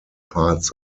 parts